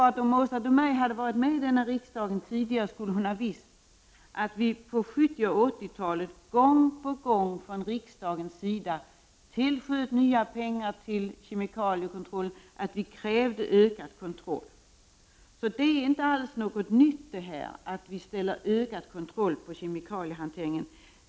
Om Åsa Domeij hade varit med i riksdagen tidigare skulle hon ha vetat att vi under 1970 och 1980-talet gång på gång tillsköt nya pengar till kemikaliekontroll och krävde ökad kontroll. Det är inte alls något nytt att vi ställer krav på ökad kontroll av kemikaliehanteringen.